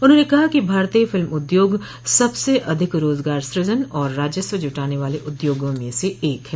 उन्होंने कहा कि भारतीय फिल्म उद्योग सबसे अधिक रोजगार सूजन और राजस्व जुटाने वाले उद्योगों में से एक है